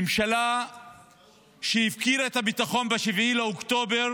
ממשלה שהפקירה את הביטחון ב-7 באוקטובר